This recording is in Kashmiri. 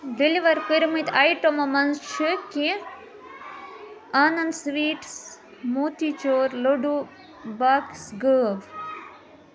ڈیٚلِوَر کٔرۍمٕتۍ آیٹمو منٛز چھِ کیٚنٛہہ آنَنٛد سٕویٖٹٕس موتی چور لٔڈوٗ باکٕس غٲب